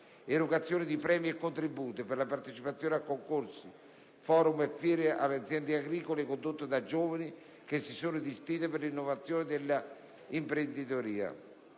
l'erogazione di premi e contributi per la partecipazione a concorsi, *forum* e fiere alle aziende agricole condotte da giovani che si sono distinte per l'innovazione dell'esperienza